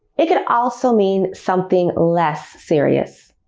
it could also mean something less serious.